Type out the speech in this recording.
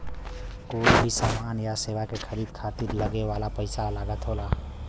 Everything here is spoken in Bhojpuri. कोई भी समान या सेवा के खरीदे खातिर लगे वाला पइसा लागत होला